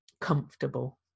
comfortable